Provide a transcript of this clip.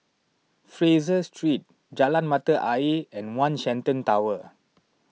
Fraser Street Jalan Mata Ayer and one Shenton Tower